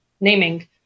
naming